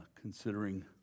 considering